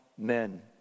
Men